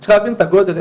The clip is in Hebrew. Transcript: צריך להבין את הגודל,